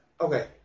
Okay